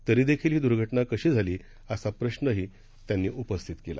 तरीदेखील ही दुर्घ ना कशी झाली असा प्रश्नही त्यांनी उपस्थित केला